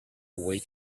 away